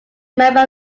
member